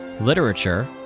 literature